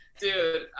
dude